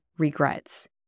regrets